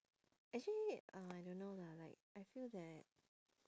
actually uh I don't know lah like I feel that